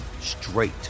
straight